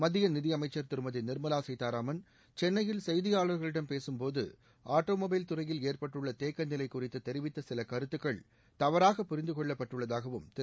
மத்திய நிதியமைச்சர் திருமதி நிர்மலா சீதாராமன் சென்னையில் செய்தியாளர்களிடம் பேசும்போது ஆட்டோமொபைல் துறையில் ஏற்பட்டுள்ள தேக்கநிலை குறித்து தெரிவித்த சில கருத்துக்கள் தவறாக புரிந்து கொள்ளப்பட்டுள்ளதாகவும் திரு